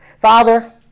Father